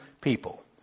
people